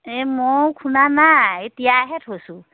এই মইও খুন্দা নাই এ তিয়াইহে থৈছোঁ